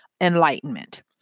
enlightenment